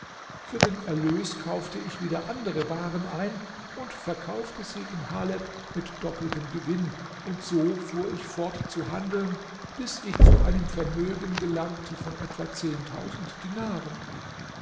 für den erlös kaufte ich wieder andere waren ein und verkaufte sie in haleb mit doppeltem gewinn und so fuhr ich fort zu handeln bis ich zu einem vermögen gelangte von etwa zehntausend dinaren